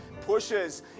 pushes